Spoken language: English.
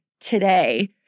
today